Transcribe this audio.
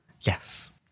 Yes